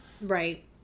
Right